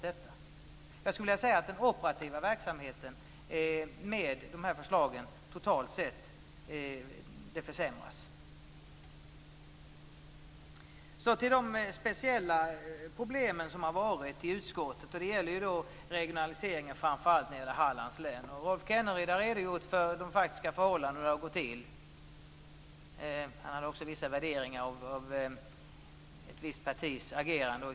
Den operativa verksamheten försämras totalt sett med de här förslagen. Så till de speciella problem som har varit i utskottet. Det gäller framför allt regionaliseringen av Hallands län. Rolf Kenneryd har redogjort för de faktiska förhållandena och hur det har gått till. Han gjorde också vissa värderingar av ett visst partis agerande.